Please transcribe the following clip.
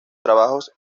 trabajos